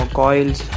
coils